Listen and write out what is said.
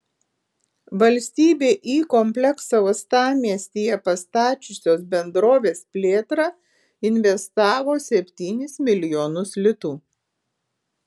valstybė į kompleksą uostamiestyje pastačiusios bendrovės plėtrą investavo septynis milijonus litų